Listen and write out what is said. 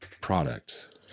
product